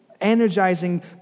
energizing